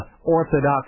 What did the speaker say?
Orthodox